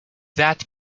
that